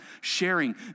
sharing